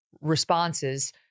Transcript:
responses